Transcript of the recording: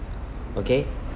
okay